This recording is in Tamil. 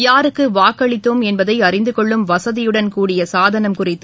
யாருக்குவாக்களித்தோம் என்பதைஅறிந்துகொள்ளும் வசதியுடன் கூடிய சாதனம் குறித்து